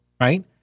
Right